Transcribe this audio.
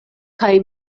kaj